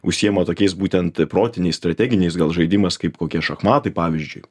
užsiima tokiais būtent protiniais strateginiais gal žaidimas kaip kokie šachmatai pavyzdžiui